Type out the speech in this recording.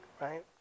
right